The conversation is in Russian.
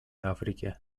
африке